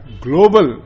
Global